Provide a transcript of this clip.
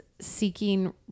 seeking